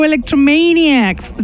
Electromaniacs